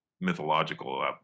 mythological